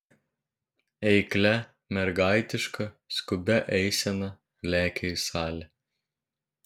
eiklia mergaitiška skubia eisena lekia į salę